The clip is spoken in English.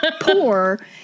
poor